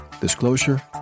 Disclosure